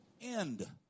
end